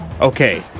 Okay